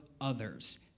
others